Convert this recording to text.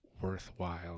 worthwhile